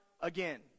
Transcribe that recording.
again